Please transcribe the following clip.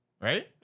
Right